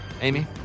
Amy